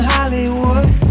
Hollywood